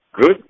Good